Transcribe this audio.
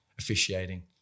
officiating